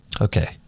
Okay